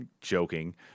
joking